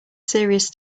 serious